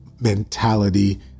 mentality